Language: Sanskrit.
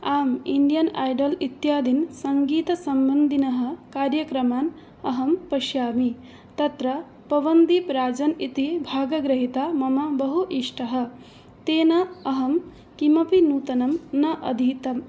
आम् इन्डियन् ऐडल् इत्यादिसङ्गीतसम्बन्धिनः कार्यक्रमान् अहं पश्यामि तत्र पवन्दीप् राजन् इति भागगृहीता मम बहु इष्टः तेन अहं किमपि नूतनं न अधीतम्